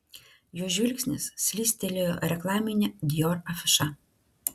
jo žvilgsnis slystelėjo reklamine dior afiša